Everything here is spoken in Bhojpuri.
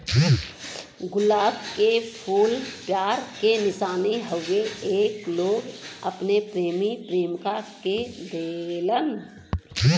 गुलाब के फूल प्यार के निशानी हउवे एके लोग अपने प्रेमी प्रेमिका के देलन